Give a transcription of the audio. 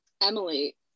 Emily